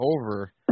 over